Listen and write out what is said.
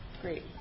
Great